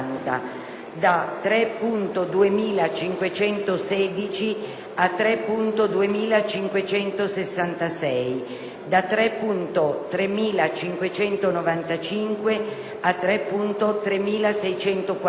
da 3.2516 a 3.2566, da 3.3595 a 3.3640,